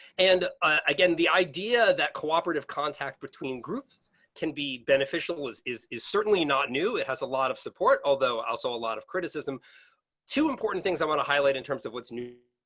and again, the idea that cooperative contact between groups can be beneficial is is is certainly not new. it has a lot of support, although i saw a lot of criticism two important things i want to highlight in terms of what's new.